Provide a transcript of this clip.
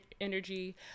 energy